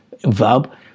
verb